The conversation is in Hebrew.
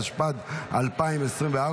התשפ"ד 2024,